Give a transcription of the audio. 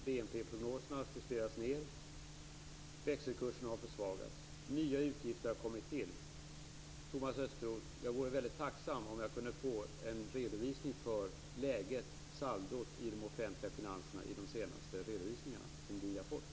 BNP-prognoserna har justerats ned, växelkurserna har försvagats och nya utgifter har tillkommit. Jag vore väldigt tacksam, Thomas Östros, om jag kunde få en redovisning för läget, saldot för de offentliga finanserna i de senaste redovisningar som ni har fått.